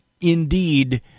indeed